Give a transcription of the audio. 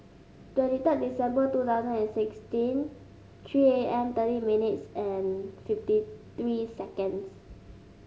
twenty third December two thousand and sixteen three A M thirty minutes and fifty three seconds